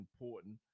important